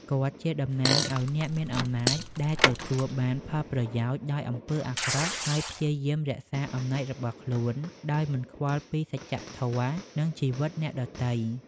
គាត់ជាតំណាងឲ្យអ្នកមានអំណាចដែលទទួលបានផលប្រយោជន៍ដោយអំពើអាក្រក់ ហើយព្យាយាមរក្សាអំណាចរបស់ខ្លួនដោយមិនខ្វល់ពីសច្ចធម៌ និងជីវិតអ្នកដទៃ។